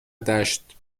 دشت